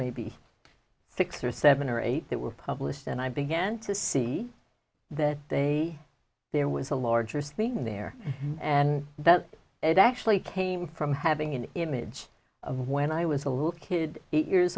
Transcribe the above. maybe six or seven or eight that were published and i began to see that they there was a larger theme in there and that it actually came from having an image of when i was a little kid eight years